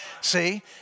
See